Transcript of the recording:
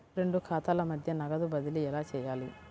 రెండు ఖాతాల మధ్య నగదు బదిలీ ఎలా చేయాలి?